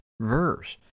verse